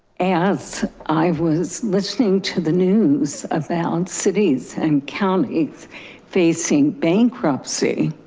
as i was listening to the news about cities and counties facing bankruptcy,